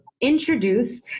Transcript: introduce